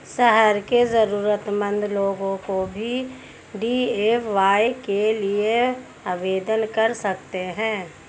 शहर के जरूरतमंद लोग भी डी.ए.वाय के लिए आवेदन कर सकते हैं